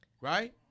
Right